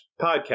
podcast